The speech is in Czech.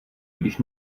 když